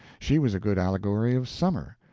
she was a good allegory of summer,